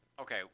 Okay